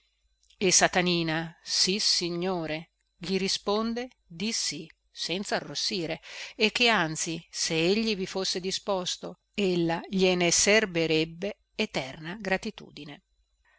e satanina sissignore gli risponde di sì senzarrossire e che anzi se egli vi fosse disposto ella gliene serberebbe eterna gratitudine